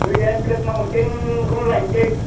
गोजा ब्लेक माउन्टैनखौनो लायनोसै